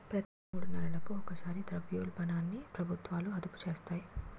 ప్రతి మూడు నెలలకు ఒకసారి ద్రవ్యోల్బణాన్ని ప్రభుత్వాలు అదుపు చేస్తాయి